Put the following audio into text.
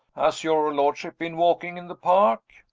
has your lordship been walking in the park?